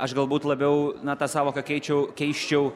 aš galbūt labiau na tą sąvoką keičiau keisčiau